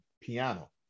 piano